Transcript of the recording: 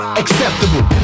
acceptable